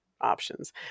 options